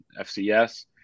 FCS